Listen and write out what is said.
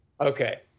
Okay